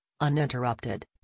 uninterrupted